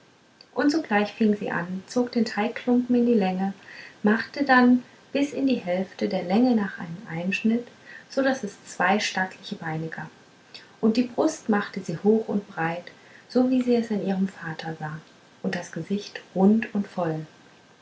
und sogleich fing sie an zog den teigklumpen in die länge machte dann bis in die hälfte der länge nach einen einschnitt so daß es zwei stattliche beine gab und die brust machte sie hoch und breit so wie sie es an ihrem vater sah und das gesicht rund und voll